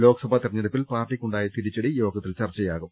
ലോക്സഭാ തെരഞ്ഞെടുപ്പിൽ പാർട്ടിക്കുണ്ടായ തിരിച്ചടി യോഗത്തിൽ ചർച്ചയാകും